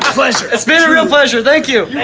pleasure, it's been a real pleasure. thank you